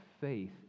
faith